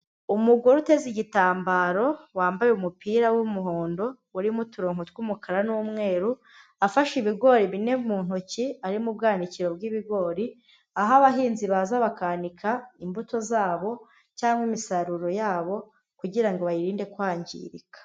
Umugore uteze igitambaro wambaye umupira w'umuhondo urimo uturonko tw'umukara n'umweru, afashe ibigori bine mu ntoki ari mu bwanakiro bw'ibigori, aho abahinzi baza bakanika imbuto zabo cyangwa imisaruro yabo kugira ngo bayirinde kwangirika.